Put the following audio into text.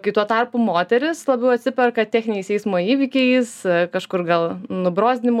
kai tuo tarpu moterys labiau atsiperka techniniais eismo įvykiais kažkur gal nubrozdinimu